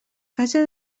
casa